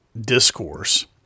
discourse